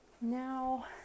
now